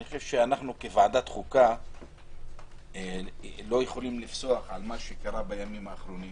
אני חושב שאנחנו כוועדת חוקה לא יכולים לפסוח על מה שקרה בימים האחרונים